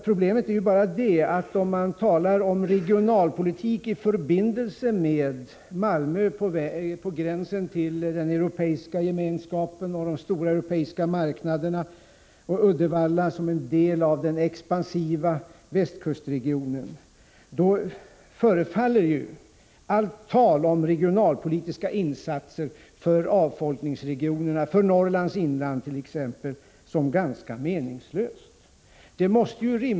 Problemet är bara om man talar om regionalpolitik i förbindelse med Malmö på gränsen till den europeiska gemenskapen och de stora europeiska marknaderna och Uddevalla som en del av den expansiva västkustregionen, då förefaller ju allt tal om regionalpolitiska insatser för avfolkningsregionerna, för Norrlands inland t.ex., som ganska meningslöst.